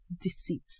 deceit